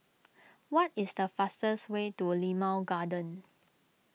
what is the fastest way to Limau Garden